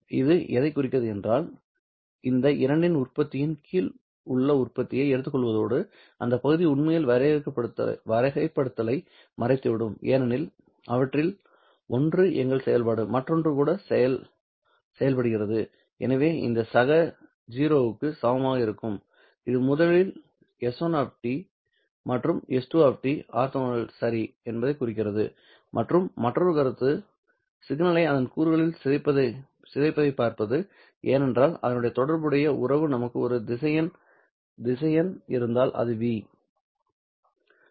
இது எதைக் குறிக்கிறது என்றால் இந்த இரண்டின் உற்பத்தியின் கீழ் உள்ள பகுதியை எடுத்துக்கொள்வதோடு அந்த பகுதி உண்மையில் வகைப்படுத்தலை மறைத்துவிடும் ஏனெனில் அவற்றில் ஒன்று எங்கள் செயல்பாடு மற்றொன்று கூட செயல்படுகிறது எனவே இந்த சக 0 க்கு சமமாக இருக்கும் இது முதலில் s1 மற்றும் s2 ஆர்த்தோகனல் சரி என்பதைக் குறிக்கிறது மற்றும் மற்றொரு கருத்து சிக்னலை அதன் கூறுகளில் சிதைப்பதைப் பார்ப்பது ஏனென்றால் அதனுடன் தொடர்புடைய உறவு நமக்கு ஒரு திசையன் இருந்தால் அது v